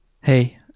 Hey